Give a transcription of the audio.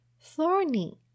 Thorny